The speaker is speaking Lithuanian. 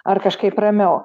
ar kažkaip ramiau